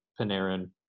Panarin